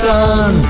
Sun